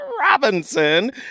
Robinson